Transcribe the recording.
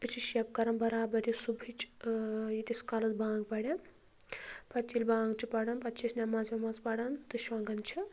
أسۍ چھِ شَب کَران بَرابَر یہِ صُبحٕچہِ ییٖتِس کالَس بانٛگ پَرن پَتہٕ ییٚلہِ بانٛگ چھِ پَران پَتہٕ چھِ أسۍ نٮ۪ماز وٮ۪ماز پَران تہٕ شونٛگان چھِ